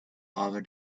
over